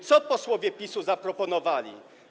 Co posłowie PiS-u zaproponowali?